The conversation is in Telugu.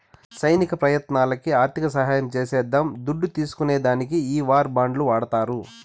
సైనిక ప్రయత్నాలకి ఆర్థిక సహాయం చేసేద్దాం దుడ్డు తీస్కునే దానికి ఈ వార్ బాండ్లు వాడతారు